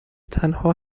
تنها